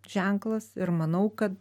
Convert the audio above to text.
ženklas ir manau kad